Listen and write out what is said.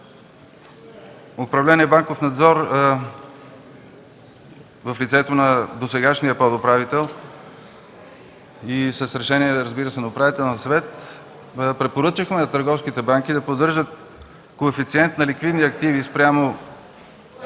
Управление „Банков надзор”, в лицето на досегашния подуправител, разбира се, и с решение на Управителния съвет, препоръчахме на търговските банки да поддържат коефициент на ликвидни активи спрямо